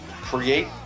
create